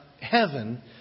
heaven